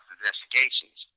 investigations